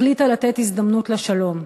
החליטה לתת הזדמנות לשלום,